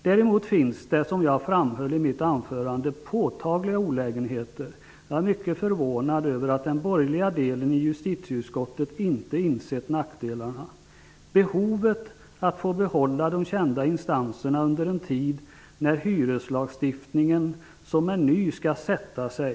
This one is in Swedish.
Däremot finns det, som jag framhöll i mitt anförande, påtagliga olägenheter. Jag är mycket förvånad över att den borgerliga delen av justitieutskottet inte insett nackdelarna. Det finns behov av att behålla de kända instanserna under en tid när hyreslagstiftningen, som är ny, skall sätta sig.